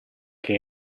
che